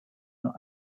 nur